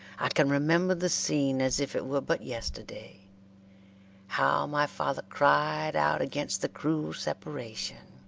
i can remember the scene as if it were but yesterday how my father cried out against the cruel separation